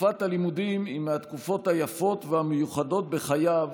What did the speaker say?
תקופת הלימודים היא מהתקופות היפות והמיוחדות בחייו